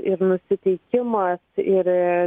ir nusiteikimas ir